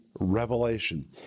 Revelation